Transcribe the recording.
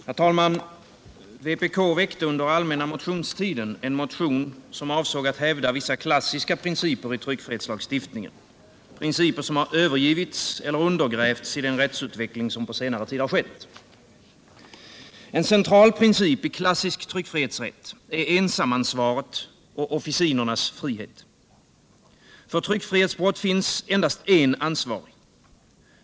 Herr talman! Vpk väckte under allmänna motionstiden en motion, som avsåg att hävda vissa klassiska principer i tryckfrihetslagstiftningen —- principer som har övergivits eller undergrävts i den rättsutveckling som på senare tid skett. En central princip i klassisk tryckfrihetsrätt är ensamansvaret och officinernas frihet. För tryckfrihetsbrott finns endast en ansvarig.